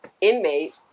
inmate